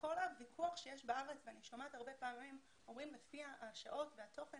כל הוויכוח שיש בארץ ואני שומעת הרבה פעמים שאומרים לפי השעות והתוכן